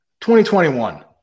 2021